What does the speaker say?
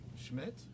Schmidt